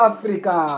Africa